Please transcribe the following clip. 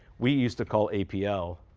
we used to call apl,